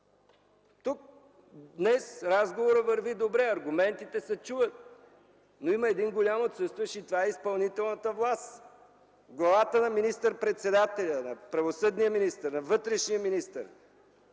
тук разговорът върви добре, аргументите се чуват, но има един голям отсъстващ, и това е изпълнителната власт – министър-председателят, правосъдният министър, вътрешният министър.